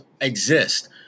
exist